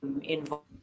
involved